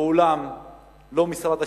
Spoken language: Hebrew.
לא משרד השיכון,